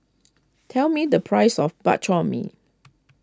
tell me the price of Bak Chor Mee